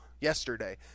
yesterday